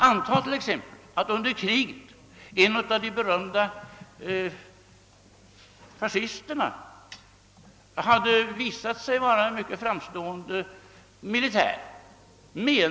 Antag till exempel att under kriget en av de berömda fascisterna hade visat sig vara en riktigt framstående militär.